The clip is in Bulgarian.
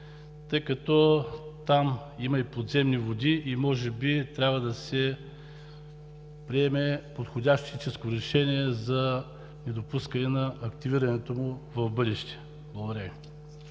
тъй като там има и подземни води, и може би трябва да се приеме подходящо техническо решение за недопускане на активирането му в бъдеще? Благодаря